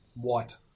white